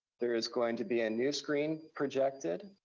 there is going to be a new screen projected.